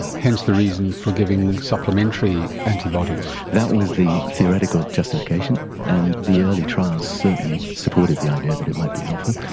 hence the reason for giving supplementary antibodies. that was the theoretical justification and the early trials certainly supported the idea that it might be helpful.